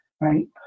right